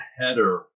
header